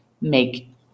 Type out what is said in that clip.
make